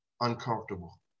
Uncomfortable